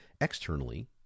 externally